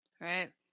right